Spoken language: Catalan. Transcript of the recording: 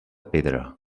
pedra